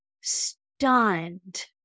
stunned